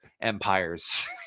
empires